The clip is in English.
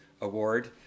award